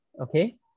okay